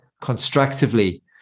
constructively